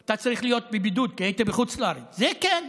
אתה צריך להיות בבידוד כי היית בחוץ לארץ, זה כן,